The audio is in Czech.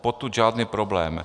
Potud žádný problém.